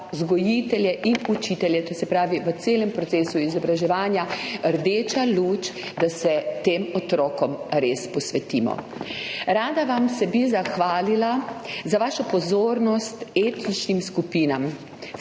vzgojitelje in učitelje, to se pravi v celem procesu izobraževanja, rdeča luč, da se tem otrokom res posvetimo. Rada bi se vam zahvalila za vašo pozornost etničnim skupinam.